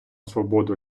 свободу